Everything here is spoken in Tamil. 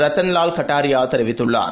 ரட்டன் லால் கட்டாரியா தெரிவித்துள்ளார்